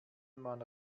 man